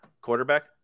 Quarterback